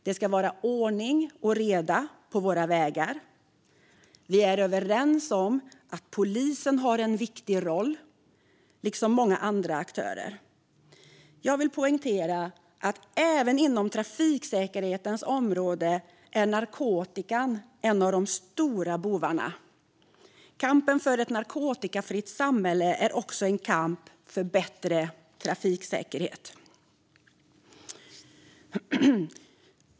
Det ska vara ordning och reda på våra vägar. Vi är överens om att polisen har en viktig roll, liksom många andra aktörer. Jag vill poängtera att även inom trafiksäkerhetens område är narkotikan en av de stora bovarna. Kampen för ett narkotikafritt samhälle är också en kamp för bättre trafiksäkerhet.